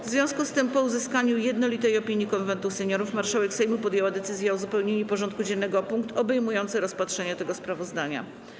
W związku z tym, po uzyskaniu jednolitej opinii Konwentu Seniorów, marszałek Sejmu podjęła decyzję o uzupełnieniu porządku dziennego o punkt obejmujący rozpatrzenie tego sprawozdania.